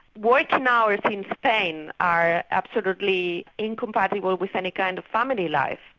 working hours in spain are absolutely incompatible with any kind of family life.